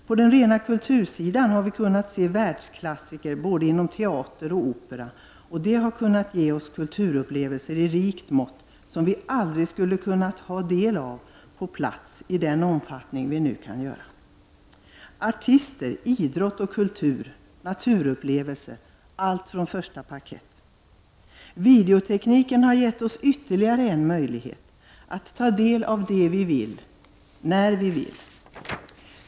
I fråga om kultur har vi kunnat se världsklassiker både inom teater och opera, och det har kunnat ge oss kulturupplevelser i rikt mått som vi aldrig hade kunnat ta del av på plats i den omfattning vi nu kan göra: artister, idrott, kultur och naturupplevelser — allt från första parkett. Videotekniken har gett oss ytterligare en möjlighet — att ta del av det vi vill när vi vill.